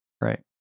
Right